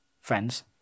friends